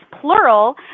plural